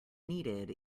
needed